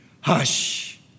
hush